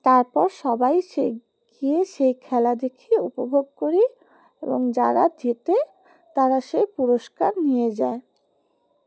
তারপর সবাই সেই গিয়ে সেই খেলা দেখি উপভোগ করি এবং যারা যেতে তারা সেই পুরস্কার নিয়ে যায়